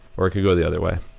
or it could go the other way.